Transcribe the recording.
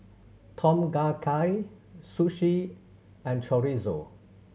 Tom Kha Gai Sushi and Chorizo